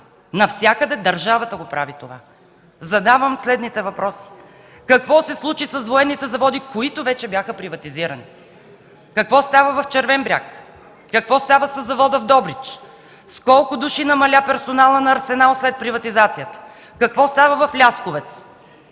Навсякъде държавата го прави това. Задавам следните въпроси: какво се случи с военните заводи, които вече бяха приватизирани? Какво става в Червен бряг? Какво става със завода в Добрич? С колко души намаля персоналът на „Арсенал” след приватизацията? Какво става в Лясковец?